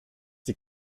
die